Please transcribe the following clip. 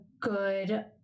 good